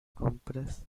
compras